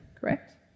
correct